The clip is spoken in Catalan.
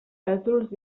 pèsols